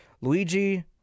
Luigi